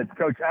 Coach